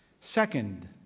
Second